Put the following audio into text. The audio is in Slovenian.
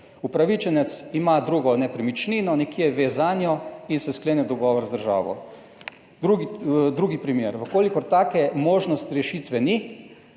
upravičenec ima drugo nepremičnino nekje, ve zanjo in se sklene dogovor z državo. Drugi primer: če take možnosti rešitve ni,